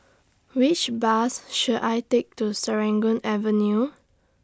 Which Bus should I Take to Serangoon Avenue